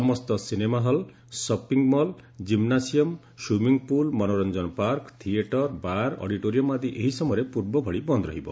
ସମସ୍ତ cinema hall shopping mall gymnasium swimming pool ମନୋରଞ୍ଜନ park theatre bar auditorium ଆଦି ଏହି ସମୟରେ ପୂର୍ବଭଳି ବନ୍ଦ୍ ରହିବ